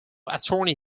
attorney